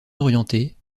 orientées